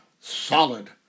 solid